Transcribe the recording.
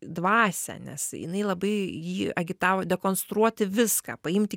dvasią nes jinai labai jį agitavo dekonstruoti viską paimti